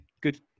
good